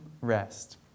rest